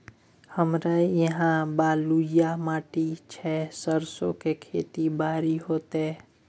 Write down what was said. हमरा यहाँ बलूआ माटी छै सरसो के खेती बारी होते?